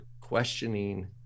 questioning